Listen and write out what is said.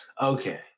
Okay